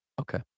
Okay